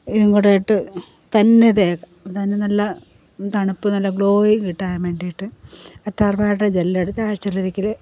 ഇതുംകൂടെയിട്ട് തന്നെ തേയ്ക്കുക തന്നെ നല്ല തണുപ്പ് നല്ല ഗ്ലോയും കിട്ടാൻവേണ്ടിയിട്ട് കറ്റാർവാഴയുടെ ജെല്ലെടുത്ത് ആഴ്ചയിലൊരിക്കൽ